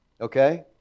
Okay